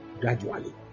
gradually